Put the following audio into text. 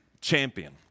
champion